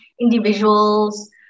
individuals